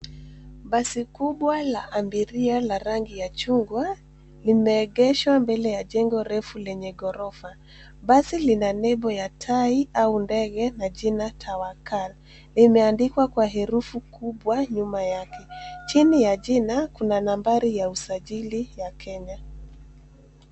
Basi kubwa la abiria la rangi ya chungwa limeegeshwa mbele ya jengo refu lenye ghorofa. Basi lina nembo ya tai au ndege na jina Tawakal . Limeandikwa kwa herufi kubwa nyuma yake. Chini ya jina, kuna nambari ya usajili ya Kenya.